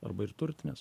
arba ir turtinės